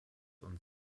und